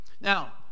Now